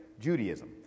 Judaism